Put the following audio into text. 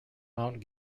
mount